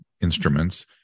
instruments